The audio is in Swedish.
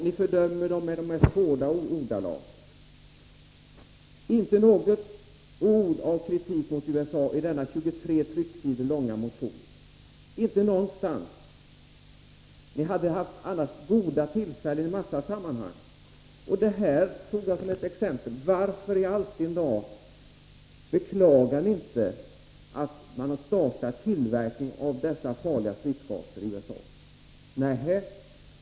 Ni fördömer Sovjetunionen i de mest hårda ordalag. Inte ett ord av kritik mot USA i denna 23 trycksidor långa motion, inte någonstans. Ni hade annars haft goda tillfällen i många sammanhang. Det här tog jag som ett exempel. Varför i all sin dar beklagar ni inte att man startar tillverkningen av dessa farliga stridsgaser i USA?